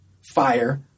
Fire